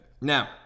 Now